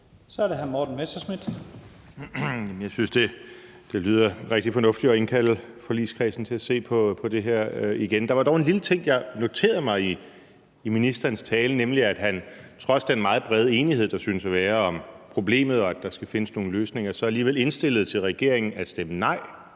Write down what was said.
Kl. 12:33 Morten Messerschmidt (DF): Det lyder rigtigt fornuftigt at indkalde forligskredsen til at se på det her igen. Der var dog en lille ting, jeg noterede mig i ministerens tale, nemlig at han trods den meget brede enighed, der synes at være om problemet og om, at der skal findes nogle løsninger, så alligevel indstillede til regeringen at stemme nej.